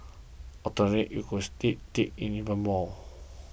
alternatively it could just dig dig in even more